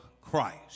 Christ